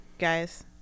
guys